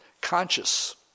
conscious